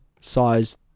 size